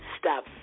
Stop